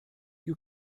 you